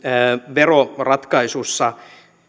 veroratkaisussa